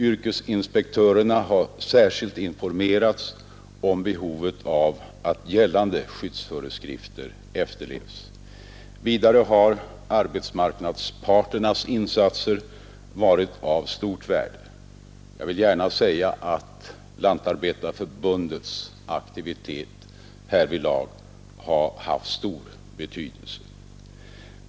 Yrkesinspektörerna har särskilt informerats om behovet av att gällande skyddsföreskrifter efterlevs. Vidare har arbetsmarknadsparternas insatser varit av stort värde. Jag vill gärna säga att Lantarbetareförbundets aktivitet härvidlag har haft stor betydelse.